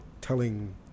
telling